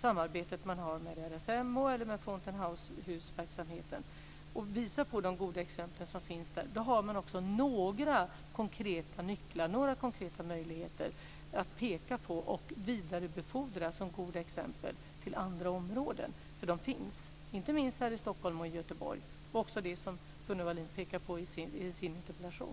samarbetet som man har med RSMH eller med Fountain House-verksamheten, och visar de goda exempel som finns har man också några konkreta nycklar och möjligheter att peka på och vidarebefordra som goda exempel till andra områden, för de finns, inte minst här i Stockholm och i Göteborg, och också det som Gunnel Wallin pekar på i sin interpellation.